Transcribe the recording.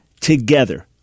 together